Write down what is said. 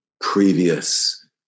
previous